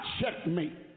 checkmate